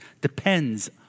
depends